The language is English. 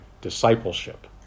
discipleship